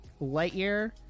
Lightyear